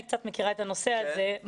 אני קצת מכירה את הנושא הזה.